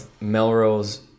Melrose